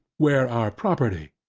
where our property?